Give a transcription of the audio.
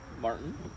Martin